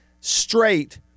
straight